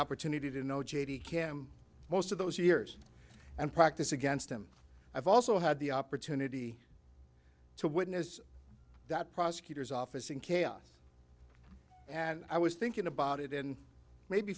opportunity to know j d cam most of those years and practice against him i've also had the opportunity to witness that prosecutor's office in chaos and i was thinking about it in maybe